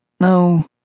no